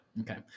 Okay